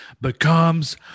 becomes